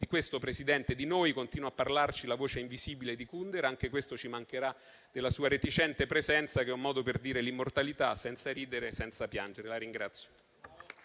questo, di noi, continua a parlarci la voce invisibile di Kundera. Anche questo ci mancherà della sua reticente presenza, che è un modo per dire l'immortalità senza ridere e senza piangere.